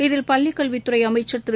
இதில் பள்ளிக்கல்வித்துறை அமைச்சர் திரு